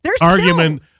argument